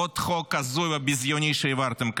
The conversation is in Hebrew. עוד חוק הזוי וביזיוני שהעברתם כאן.